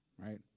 right